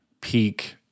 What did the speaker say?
peak